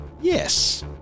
Yes